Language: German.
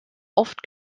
oft